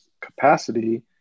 capacity